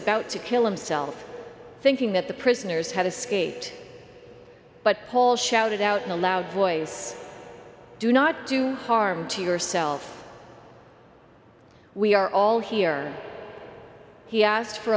about to kill himself thinking that the prisoners had escaped but paul shouted out in a loud voice do not do harm to yourself we are all here he asked for